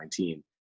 2019